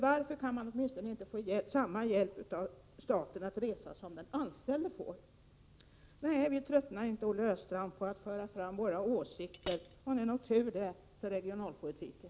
Varför kan man inte få samma hjälp av staten att resa som en anställd får? Nej, Olle Östrand, vi tröttnar inte på att föra fram våra åsikter, och det är nog tur för regionalpolitiken.